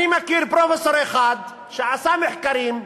אני מכיר פרופסור אחד שעשה מחקרים,